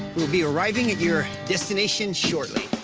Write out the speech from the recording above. will be arriving at your destination shortly.